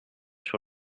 sur